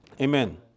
Amen